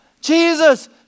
Jesus